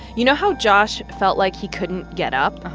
you know how josh felt like he couldn't get up?